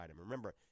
Remember